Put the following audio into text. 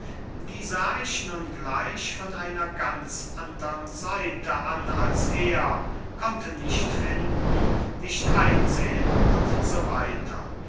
die sah ich nun gleich von einer ganz andern seite an als er konnte nicht finden nicht einsehen und so weiter